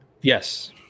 Yes